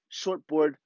shortboard